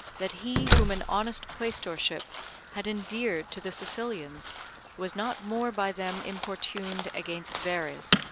that he whom an honest quaestorship had endeared to the sicilians was not more by them importuned against verres,